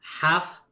Half